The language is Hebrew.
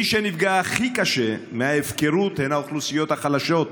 מי שנפגע הכי קשה מההפקרות הן האוכלוסיות החלשות,